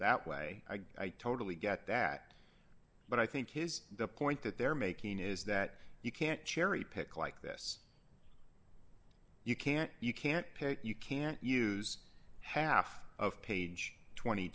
that way i totally get that but i think his the point that they're making is that you can't cherry pick like this you can't you can't pick you can't use half of page twenty